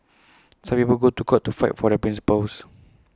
some people go to court to fight for their principles